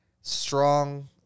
strong